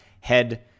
head